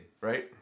right